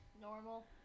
Normal